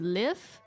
live